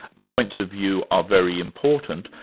points of view are very important,